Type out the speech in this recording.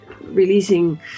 releasing